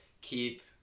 keep